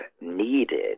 needed